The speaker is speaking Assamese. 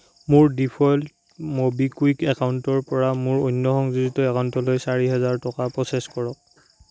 মোৰ ডিফ'ল্ট ম'বিকুইক একাউণ্টৰ পৰা মোৰ অন্য সংযোজিত একাউণ্টলৈ চাৰি হাজাৰ টকা প্ৰ'চেছ কৰক